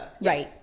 Right